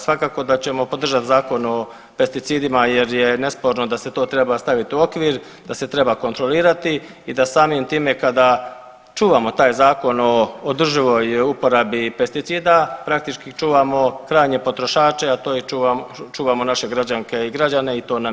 Svakako da ćemo podržati Zakon o pesticidima jer je nesporno da se to treba staviti u okvir, da se treba kontrolirati i da samim time kada čuvamo taj Zakon o održivoj uporabi pesticida praktički čuvamo krajnje potrošače, a to je čuvamo naše građane i građanke i to nam je dužnost.